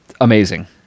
amazing